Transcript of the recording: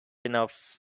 enough